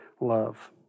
love